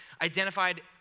identified